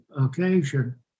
occasion